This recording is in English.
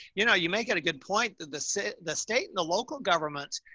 you know, you make it a good point that the city, the state and the local government,